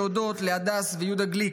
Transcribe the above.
להודות להדס ויהודה גליק,